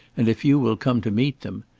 and if you will come to meet them.